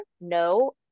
no